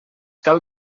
cal